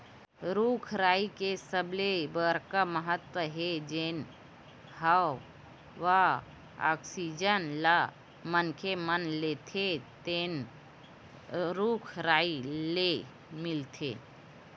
रूख राई के सबले बड़का महत्ता हे जेन हवा आक्सीजन ल मनखे मन लेथे तेन रूख राई ले मिलथे